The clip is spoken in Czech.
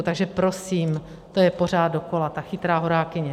Takže prosím, to je pořád dokola, ta chytrá horákyně.